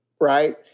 right